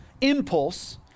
impulse